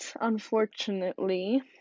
unfortunately